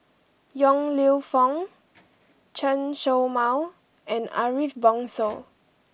Yong Lew Foong Chen Show Mao and Ariff Bongso